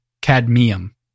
Cadmium